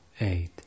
eight